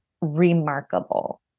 remarkable